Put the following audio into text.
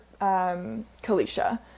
Kalisha